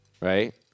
right